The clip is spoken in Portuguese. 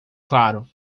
claro